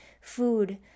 food